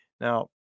Now